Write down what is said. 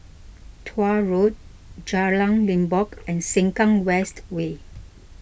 Tuah Road Jalan Limbok and Sengkang West Way